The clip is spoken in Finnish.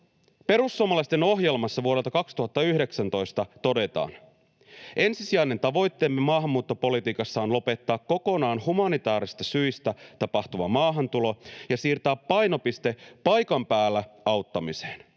Perussuomalaisten ohjelmassa vuodelta 2019 todetaan: ”Ensisijainen tavoitteemme maahanmuuttopolitiikassa on lopettaa kokonaan humanitaarisista syistä tapahtuva maahantulo ja siirtää painopiste paikan päällä auttamiseen.